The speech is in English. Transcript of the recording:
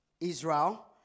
Israel